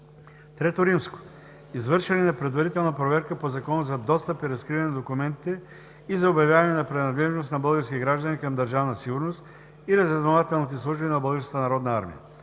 III. Извършване на предварителна проверка по Закона за достъп и разкриване на документите и за обявяване на принадлежност на български граждани към Държавна сигурност и разузнавателните служби на